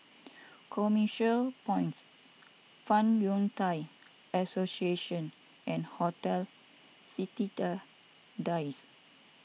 Commercial Points Fong Yun Thai Association and Hotel Citedadines